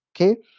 okay